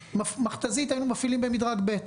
מכת"זית היינו מפעילים במדרג ב'.